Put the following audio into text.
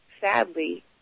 sadly